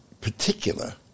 particular